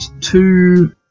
two